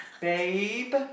Babe